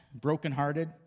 brokenhearted